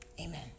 amen